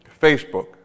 Facebook